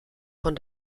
von